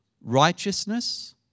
righteousness